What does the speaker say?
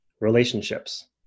relationships